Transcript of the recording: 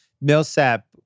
Millsap